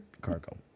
cargo